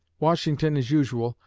washington, as usual,